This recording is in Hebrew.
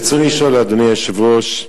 ברצוני לשאול, אדוני היושב-ראש: